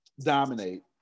dominate